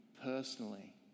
personally